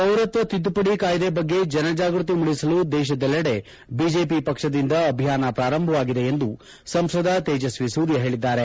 ಪೌರತ್ವ ತಿದ್ದುಪಡಿ ಕಾಯ್ದೆ ಬಗ್ಗೆ ಜನಜಾಗೃತಿ ಮೂಡಿಸಲು ದೇಶದೆಲ್ಲೆಡೆ ಬಿಜೆಪಿ ಪಕ್ಷದಿಂದ ಅಭಿಯಾನ ಪ್ರಾರಂಭವಾಗಿದೆ ಎಂದು ಸಂಸದ ತೇಜಸ್ವಿ ಸೂರ್ಯ ಹೇಳಿದ್ದಾರೆ